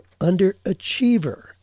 underachiever